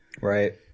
right